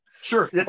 Sure